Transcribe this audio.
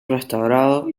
restaurado